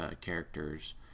characters